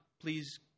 please